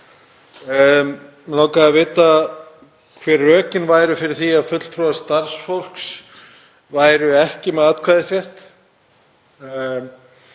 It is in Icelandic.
Mig langaði að vita hver rökin væru fyrir því að fulltrúar starfsfólks væru ekki með atkvæðisrétt.